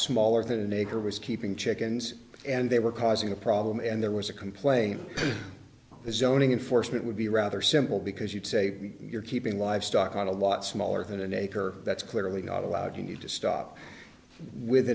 smaller than an acre was keeping chickens and they were causing a problem and there was a complaint as zoning in force that would be rather simple because you'd say you're keeping livestock on a lot smaller than an acre that's clearly not allowed you to stop with